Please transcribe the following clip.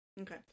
Okay